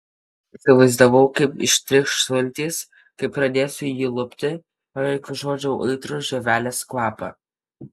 įsivaizdavau kaip ištrykš sultys kai pradėsiu jį lupti beveik užuodžiau aitrų žievelės kvapą